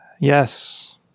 yes